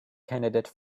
candidate